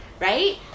right